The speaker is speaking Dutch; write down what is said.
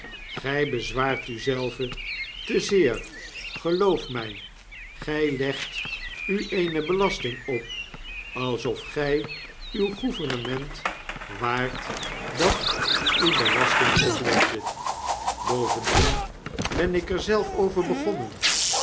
gy bezwaart u zelven te zeer geloof my gij legt u eene belasting op alsof gij uw gouvernement waart dat u belasting oplegde bovendien ben ik er zelf over begonnen